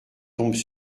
tombent